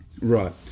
Right